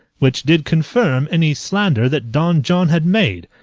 which did confirm any slander that don john had made,